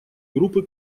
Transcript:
группы